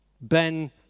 Ben